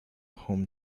home